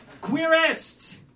queerest